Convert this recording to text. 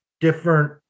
different